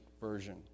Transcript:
Version